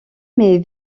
mais